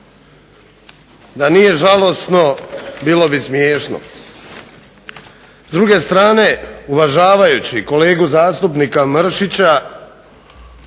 Da nije žalosno bilo bi smiješno. S druge strane uvažavajući kolegu zastupnika Mršića